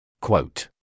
Quote